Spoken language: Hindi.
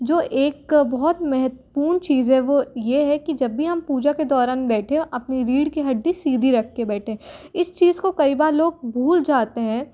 जो एक बहुत महत्वपूर्ण चीज़ है वो ये है कि जब भी हम पूजा के दौरान बैठे हों अपनी रीड की हड्डी सीधी रख के बैठें इस चीज़ को कई बार लोग भूल जाते हैं